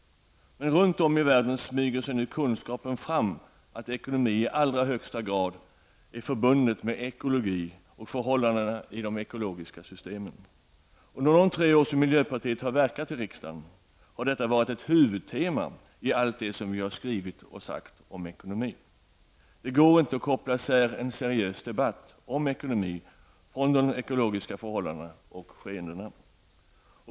Runt om i världen smyger sig ju kunskapen fram att ekonomi i allra högsta grad är förbundet med ekologi och förhållandena i de ekologiska systemen. Under de tre år som miljöpartiet har verkat i riksdagen har detta varit ett huvudtema i allt det som vi har skrivit och sagt om ekonomi. Det går inte att föra en seriös debatt om ekonomi om man bortser från de ekologiska förhållandena och skeendena.